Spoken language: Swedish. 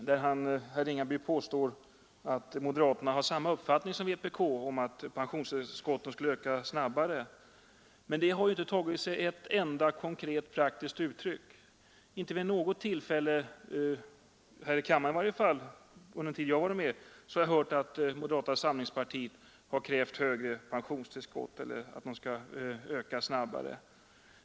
Herr Ringaby påstår att moderaterna har samma uppfattning som vpk, nämligen att pensionstillskotten borde öka snabbare. Men det har inte tagit sig ett enda konkret uttryck. Jag har i varje fall inte vid något tillfälle här i kammaren hört att moderata samlingspartiet krävt en snabbare ökning av pensionstillskotten.